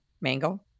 mango